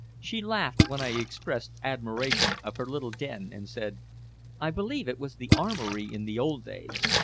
she laughed when i expressed admiration of her little den, and said i believe it was the armory in the old days.